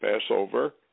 Passover